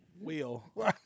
wheel